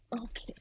Okay